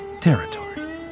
territory